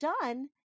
done